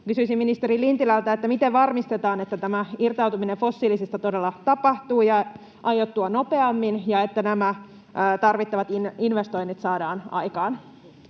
Kysyisin ministeri Lintilältä: miten varmistetaan, että tämä irtautuminen fossiilisista todella tapahtuu ja aiottua nopeammin ja että nämä tarvittavat investoinnit saadaan aikaan?